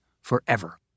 forever